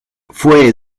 fue